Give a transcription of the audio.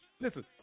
Listen